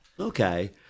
Okay